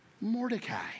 Mordecai